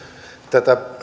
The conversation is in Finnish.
tätä